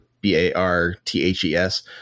B-A-R-T-H-E-S